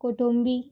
कोठंबी